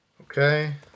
Okay